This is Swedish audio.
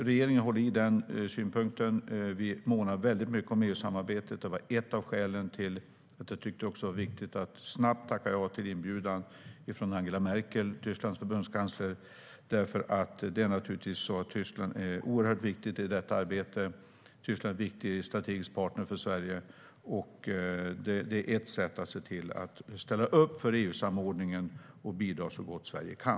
Regeringen vidhåller den synpunkten, och vi månar mycket om EU-samarbetet. Det var ett av skälen till att jag tyckte att det var viktigt att snabbt tacka ja till inbjudan från Angela Merkel, Tysklands förbundskansler. Tyskland är ett oerhört viktigt land i detta arbete, och Tyskland är en viktig strategisk partner för Sverige. Det är ett sätt att ställa upp för EU-samordningen och bidra så gott Sverige kan.